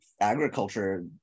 agriculture